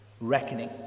reckoning